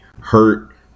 hurt